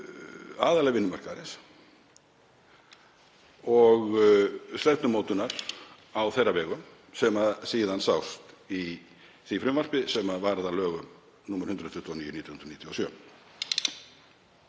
aðila vinnumarkaðarins og stefnumótunar á þeirra vegum sem sást síðan í því frumvarpi sem varð að lögum nr. 129/1997.